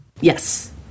Yes